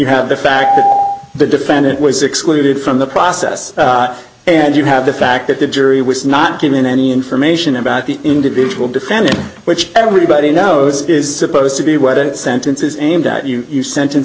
have the fact that the defendant was excluded from the process and you have the fact that the jury was not given any information about the individual defendant which everybody knows is supposed to be what it sentences aimed at you you sentence